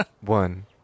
One